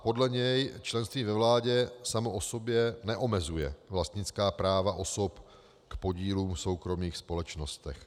Podle něj členství ve vládě samo o sobě neomezuje vlastnická práva osob k podílům v soukromých společnostech.